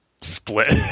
split